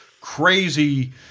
crazy